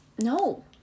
No